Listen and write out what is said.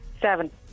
Seven